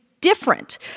different